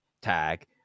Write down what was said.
tag